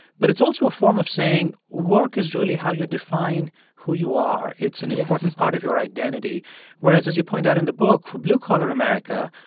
but it's also a form of saying work is really how you define who you are yes it's an important part of your identity whereas, as you point out in the book, for blue-collar america,